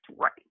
right